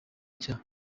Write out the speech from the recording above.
cya